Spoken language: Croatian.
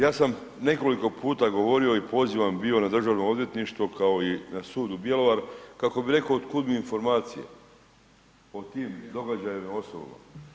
Ja sam nekoliko puta govorio i pozivan bio na Državno odvjetništvo kao i na sud u Bjelovaru kako bi rekao od kuda mi informacije o tim događajima osobno.